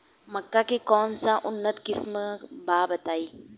मक्का के कौन सा उन्नत किस्म बा बताई?